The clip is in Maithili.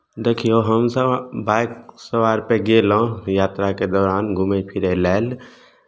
देखियौ हमसभ बाइक सवारपर गयलहुँ यात्राके दौरान घूमय फिरय लेल